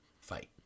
fight